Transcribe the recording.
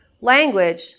language